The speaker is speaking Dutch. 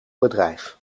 bedrijf